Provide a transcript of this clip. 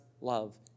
love